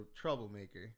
troublemaker